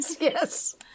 yes